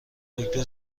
دکتر